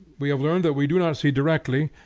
we have learned that we do not see directly,